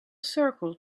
circle